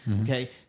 okay